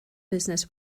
business